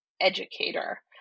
educator